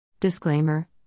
Disclaimer